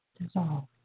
dissolved